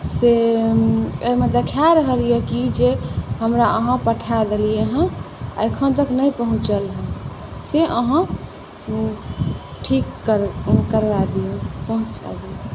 से एहिमे देखाए रहल यए कि जे हमरा अहाँ पठाए देलियै हेँ एखन तक नहि पहुँचल से अहाँ ठीक करू करबाक यए पहुँचाए दियौ